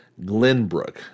Glenbrook